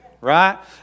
Right